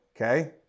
Okay